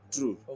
True